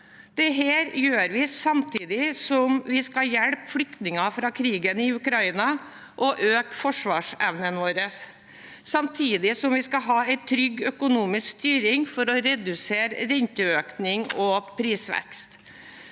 Dette gjør vi samtidig som vi skal hjelpe flyktninger fra krigen i Ukraina og øke forsvarsevnen vår. Samtidig skal vi ha en trygg økonomisk styring for å redusere renteøkning og prisvekst.